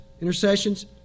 intercessions